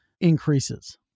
increases